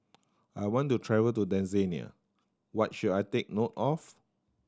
I want to travel to Tanzania what should I take note of